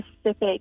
specific